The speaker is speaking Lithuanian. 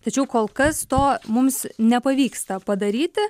tačiau kol kas to mums nepavyksta padaryti